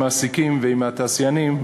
עם מעסיקים ועם התעשיינים,